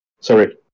Sorry